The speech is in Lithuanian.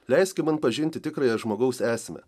leiski man pažinti tikrąją žmogaus esmę